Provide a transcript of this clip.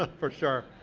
ah for sure.